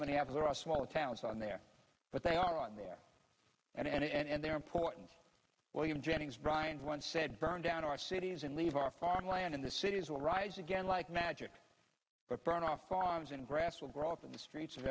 there are small towns on there but they are on there and they are important william jennings bryan one said burn down our cities and leave our farmland in the cities will rise again like magic but burn off farms and grass will grow up in the streets of